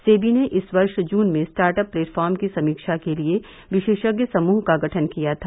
सेवी ने इस वर्ष जून में स्टार्ट अप प्लेटफॉर्म की समीक्षा के लिए विशेषज्ञ समूह का गठन किया था